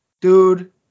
Dude